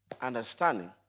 understanding